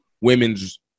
women's